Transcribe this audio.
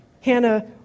Hannah